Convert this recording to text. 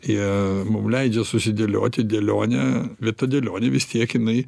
ir mum leidžia susidėlioti dėlionę bet ta dėlionė vis tiek jinai